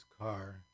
car